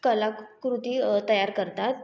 कला कु कृती तयार करतात